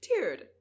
Dude